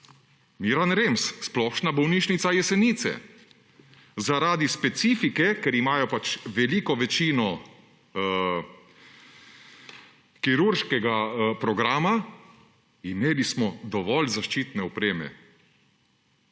Miran Rems, Splošna bolnišnica Jesenice: »Zaradi specifike«, ker imajo pač veliko večino kirurškega programa, »smo imeli dovolj zaščitne opreme.«